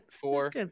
Four